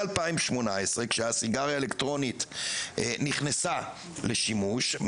מ-2018 כשהסיגריה האלקטרונית נכנסה לשימוש,